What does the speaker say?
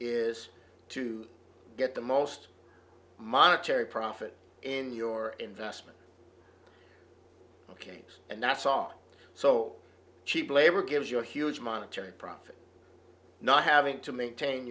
is to get the most monetary profit in your investment ok and that's all so cheap labor gives you a huge monetary profit not having to maintain